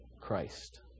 Christ